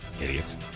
idiots